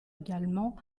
également